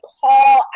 call